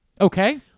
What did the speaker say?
Okay